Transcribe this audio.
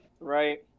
right